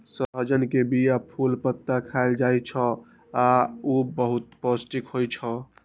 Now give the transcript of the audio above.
सहजन के बीया, फूल, पत्ता खाएल जाइ छै आ ऊ बहुत पौष्टिक होइ छै